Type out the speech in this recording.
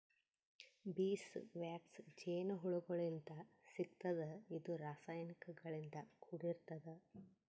bees wax ಜೇನಹುಳಗೋಳಿಂತ್ ಸಿಗ್ತದ್ ಇದು ರಾಸಾಯನಿಕ್ ಗಳಿಂದ್ ಕೂಡಿರ್ತದ